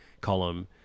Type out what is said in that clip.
column